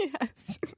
Yes